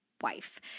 wife